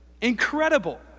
Incredible